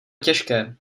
těžké